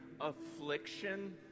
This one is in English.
affliction